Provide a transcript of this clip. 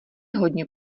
hodně